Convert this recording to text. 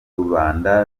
rubanda